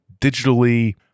digitally